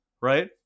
right